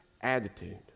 attitude